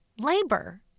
labor